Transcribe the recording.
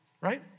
right